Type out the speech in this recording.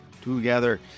together